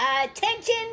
Attention